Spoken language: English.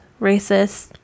racist